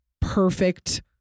perfect